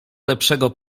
lepszego